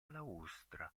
balaustra